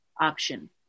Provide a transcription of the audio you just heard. option